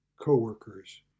co-workers